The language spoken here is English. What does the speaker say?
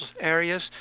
areas